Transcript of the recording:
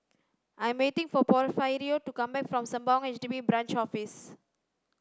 I am waiting for Porfirio to come back from Sembawang H D B Branch Office